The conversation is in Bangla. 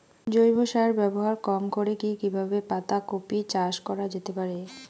জৈব সার ব্যবহার কম করে কি কিভাবে পাতা কপি চাষ করা যেতে পারে?